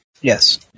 Yes